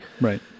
Right